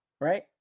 right